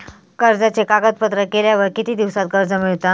कर्जाचे कागदपत्र केल्यावर किती दिवसात कर्ज मिळता?